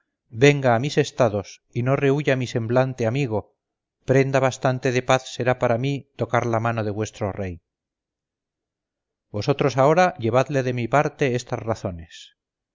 venga a mis estados y no rehuya mi semblante amigo prenda bastante de paz será para mí tocar la mano de vuestro rey vosotros ahora llevadle de mi parte estas razones